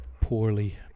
poorly